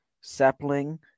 sapling